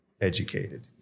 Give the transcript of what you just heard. educated